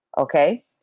okay